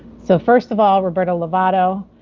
so first of all roberto lovato,